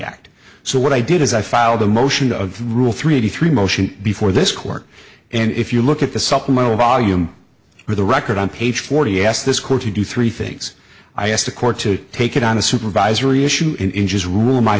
act so what i did is i filed a motion of rule three eighty three motion before this court and if you look at the supplemental volume for the record on page forty s this court to do three things i asked the court to take it on a supervisory issue and in just rule